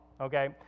okay